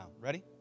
Ready